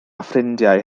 ffrindiau